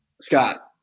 scott